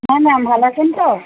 হ্যাঁ ম্যাম ভালো আছেন তো